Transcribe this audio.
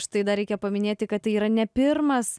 štai dar reikia paminėti kad tai yra ne pirmas